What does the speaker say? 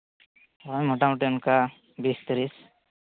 ᱦᱳᱭ ᱢᱳᱴᱟᱢᱩᱴᱤ ᱚᱱᱠᱟ ᱵᱤᱥ ᱛᱤᱨᱤᱥ